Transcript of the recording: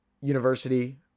university